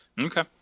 Okay